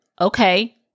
okay